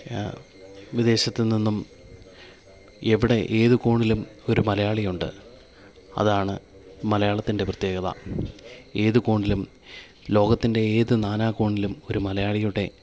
വിദേശത്ത് നിന്നും എവിടെ ഏതു കോണിലും ഒരു മലയാളിയുണ്ട് അതാണ് മലയാളത്തിൻ്റെ പ്രത്യേകത ഏതു കോണിലും ലോകത്തിൻ്റെ ഏത് നാനാ കോണിലും ഒരു മലയാളിയുടെ